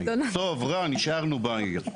טוב, רע, נשארנו בעיר.